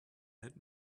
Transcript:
that